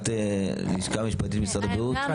את לשכה משפטית משרד הבריאות.